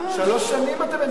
שלוש שנים אתם ממשלה.